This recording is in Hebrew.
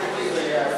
שלא נדע.